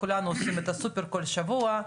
כולנו עושים סופר כל שבוע.